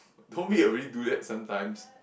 don't we already do that sometimes